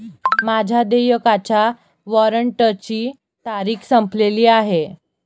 माझ्या देयकाच्या वॉरंटची तारीख संपलेली आहे